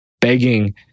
begging